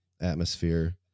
atmosphere